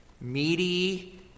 meaty